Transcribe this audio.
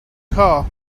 car